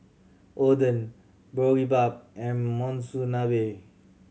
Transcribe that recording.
Oden Boribap and Monsunabe